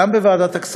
גם בוועדת הכספים,